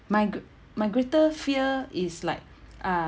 my gr~ my greater fear is like uh